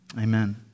Amen